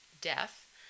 Death